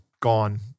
gone